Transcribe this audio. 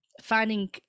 finding